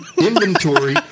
inventory